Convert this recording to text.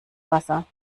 wasser